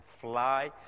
fly